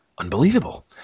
unbelievable